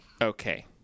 Okay